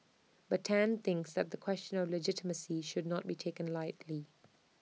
but Tan thinks that the question of legitimacy should not be taken lightly